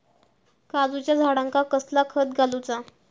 काजूच्या झाडांका कसला खत घालूचा?